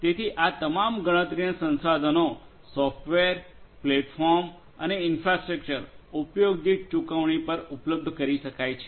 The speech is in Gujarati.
તેથી આ તમામ ગણતરીના સંસાધનો સોફ્ટવેર પ્લેટફોર્મ અને ઇન્ફ્રાસ્ટ્રક્ચર ઉપયોગ દીઠ ચૂકવણી પર ઉપલબ્ધ કરી શકાય છે